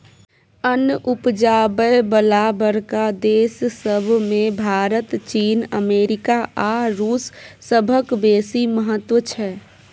अन्न उपजाबय बला बड़का देस सब मे भारत, चीन, अमेरिका आ रूस सभक बेसी महत्व छै